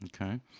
Okay